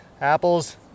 apples